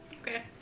Okay